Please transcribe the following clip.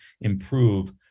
improve